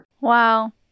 Wow